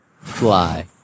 fly